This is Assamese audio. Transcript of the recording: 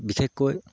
বিশেষকৈ